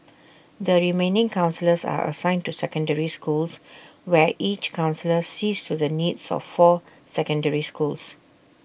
the remaining counsellors are assigned to secondary schools where each counsellor sees to the needs of four secondary schools